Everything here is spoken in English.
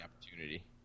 opportunity